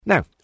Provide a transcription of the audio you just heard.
Now